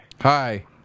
Hi